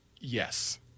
Yes